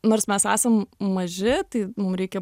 nors mes esam maži tai mum reikia